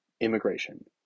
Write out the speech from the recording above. immigration